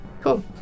Cool